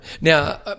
Now